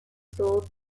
sold